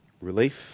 Relief